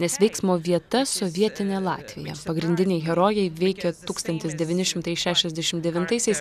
nes veiksmo vieta sovietinė latvija pagrindiniai herojai veikė tūkstantis devyni šimtai šešiasdešimt devintaisiais